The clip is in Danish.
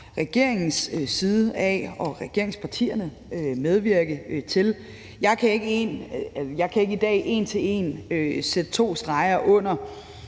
regeringen og fra regeringspartiernes side medvirke til. Jeg kan ikke i dag en til en sætte to streger under,